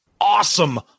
awesome